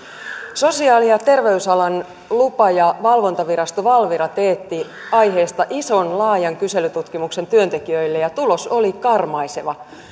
sosiaali ja terveysalan lupa ja valvontavirasto valvira teetti aiheesta ison laajan kyselytutkimuksen työntekijöille ja tulos oli karmaiseva